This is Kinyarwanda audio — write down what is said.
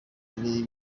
bari